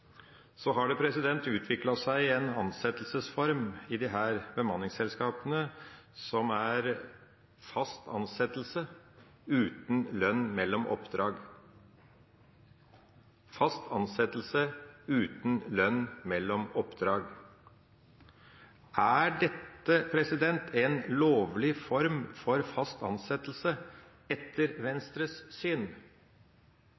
Så har det utviklet seg en ansettelsesform i disse bemanningsselskapene som er fast ansettelse uten lønn mellom oppdrag – fast ansettelse uten lønn mellom oppdrag. Er dette en lovlig form for fast ansettelse etter Venstres syn?